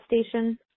station